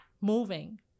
moving